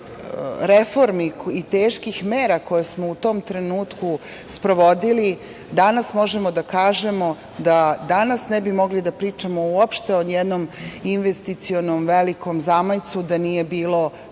reformi i teških mera koje smo u tom trenutku sprovodili, danas možemo da kažemo da danas ne bi mogli da pričamo uopšte o jednom investicionom velikom zamajcu da nije bilo